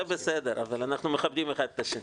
זה בסדר, אבל אנחנו מכבדים אחד את השני,